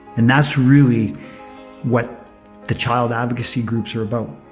and that's really what the child advocacy groups are about.